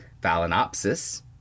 Phalaenopsis